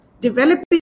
developing